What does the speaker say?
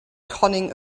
cunning